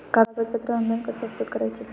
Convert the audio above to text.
कागदपत्रे ऑनलाइन कसे अपलोड करायचे?